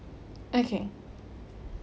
okay